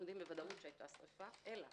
יודעים בוודאות שהיתה שריפה, אלא